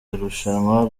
irushanwa